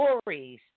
stories